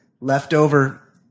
leftover